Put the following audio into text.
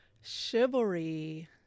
Chivalry